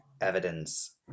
evidence